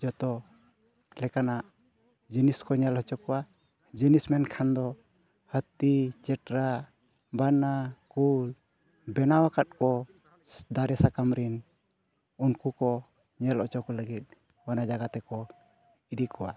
ᱡᱚᱛᱚ ᱞᱮᱠᱟᱱᱟᱜ ᱡᱤᱱᱤᱥ ᱠᱚ ᱧᱮᱞ ᱦᱚᱪᱚ ᱠᱚᱣᱟ ᱡᱤᱱᱤᱥ ᱢᱮᱱᱠᱷᱟᱱ ᱫᱚ ᱦᱟᱹᱛᱤ ᱪᱮᱴᱨᱟ ᱵᱟᱱᱟ ᱠᱩᱞ ᱵᱮᱱᱟᱣ ᱟᱠᱟᱫ ᱠᱚ ᱫᱟᱨᱮ ᱥᱟᱠᱟᱢ ᱨᱮᱱ ᱩᱱᱠᱩ ᱠᱚ ᱧᱮᱞ ᱦᱚᱪᱚ ᱠᱚᱞᱟᱹᱜᱤᱫ ᱚᱱᱟ ᱡᱟᱭᱜᱟ ᱛᱮᱠᱚ ᱤᱫᱤ ᱠᱚᱣᱟ